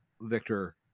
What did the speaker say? Victor